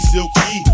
Silky